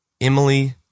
Emily